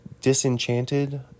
Disenchanted